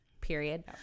period